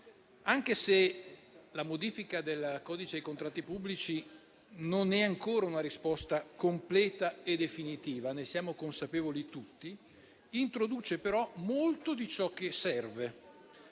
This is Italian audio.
Anche se la modifica del codice dei contratti pubblici non è ancora una risposta completa e definitiva - ne siamo consapevoli tutti - introduce però molto di ciò che serve